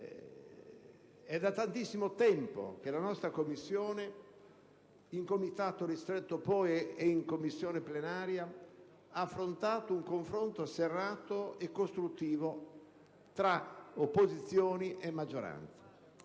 È da tantissimo tempo che la nostra Commissione, prima in Comitato ristretto e poi in sede plenaria, ha affrontato un confronto serrato e costruttivo tra opposizioni e maggioranza.